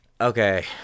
okay